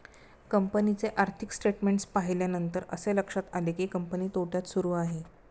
कंपनीचे आर्थिक स्टेटमेंट्स पाहिल्यानंतर असे लक्षात आले की, कंपनी तोट्यात सुरू आहे